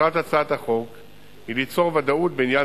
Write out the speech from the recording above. מטרת הצעת החוק היא ליצור ודאות בעניין